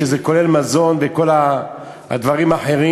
שזה כולל מזון וכל הדברים האחרים,